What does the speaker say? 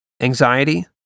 anxiety